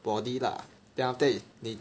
body lah then after 你